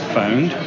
found